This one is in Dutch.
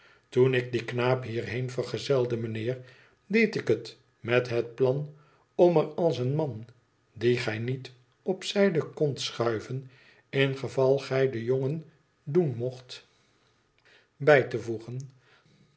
toen ik dien knaap hierheen vergezelde mijnheer deed ik het met het plan om er als een man dien gij niet op zijde kondt schuiven ingeval gij het den jongen doen mocht bij te voegen